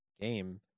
game